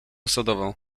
sodową